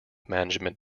management